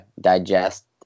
digest